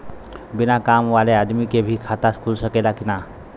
बिना काम वाले आदमी के भी खाता खुल सकेला की ना?